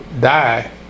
die